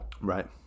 Right